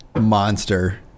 Monster